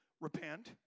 Repent